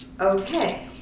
Okay